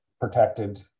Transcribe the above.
protected